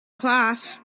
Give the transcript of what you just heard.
class